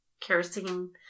kerosene